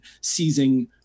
seizing